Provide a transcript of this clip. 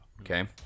Okay